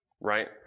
Right